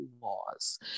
laws